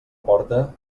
porta